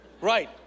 Right